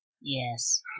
Yes